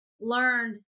learned